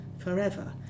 Forever